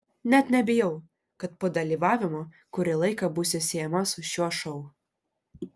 net nebijau kad po dalyvavimo kurį laiką būsiu siejama su šiuo šou